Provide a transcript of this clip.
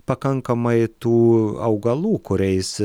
pakankamai tų augalų kuriais